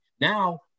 Now